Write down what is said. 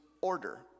order